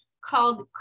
called